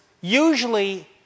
usually